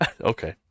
Okay